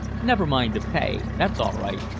never mind the pay that's all right.